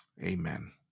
amen